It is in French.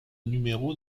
numéros